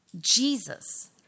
Jesus